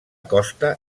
costa